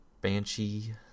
banshee